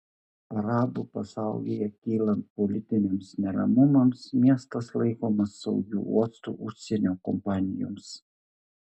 arabų pasaulyje kylant politiniams neramumams miestas laikomas saugiu uostu užsienio kompanijoms